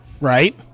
right